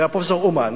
והפרופסור אומן,